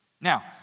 Now